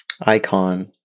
icon